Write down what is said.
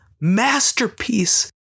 masterpiece